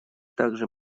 также